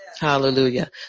Hallelujah